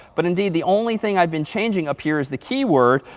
but indeed, the only thing i've been changing up here is the keyword.